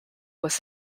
was